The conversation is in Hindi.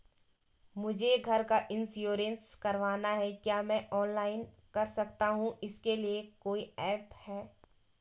मुझे घर का इन्श्योरेंस करवाना है क्या मैं ऑनलाइन कर सकता हूँ इसके लिए कोई ऐप है?